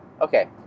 Okay